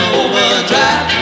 overdrive